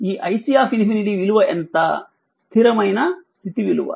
ఈ iC∞ విలువ ఎంత స్థిరమైన స్థితి విలువ